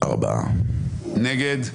מי נגד?